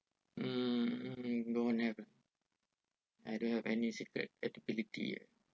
mm no never I don't have any secret ability